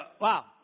wow